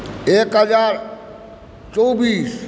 एक हजार चौबीस